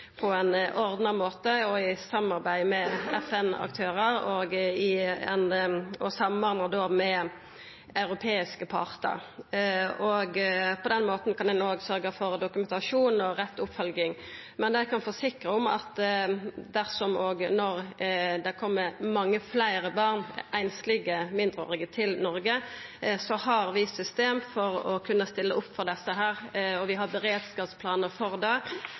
ordna måte og i samarbeid med FN-aktørar og samordna med europeiska partar. På den måten kan ein òg sørgja for dokumentasjon og rett oppfølging. Men eg kan forsikra om at dersom og når det kjem mange fleire einslege mindreårige barn til Noreg, har vi system for å kunna stilla opp for desse, og vi har beredskapsplanar for det.